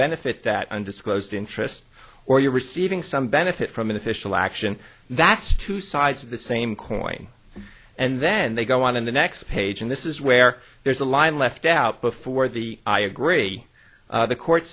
benefit that undisclosed interest or you're receiving some benefit from an official action that's two sides of the same coin and then they go on in the next page and this is where there's a line left out before the i agree the court